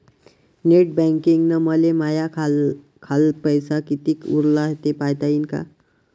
Net बँकिंगनं मले माह्या खाल्ल पैसा कितीक उरला थे पायता यीन काय?